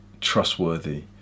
trustworthy